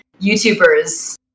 YouTubers